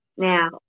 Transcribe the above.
Now